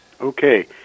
Okay